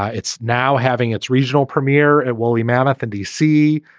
it's now having its regional premiere at woolly mammoth in d c.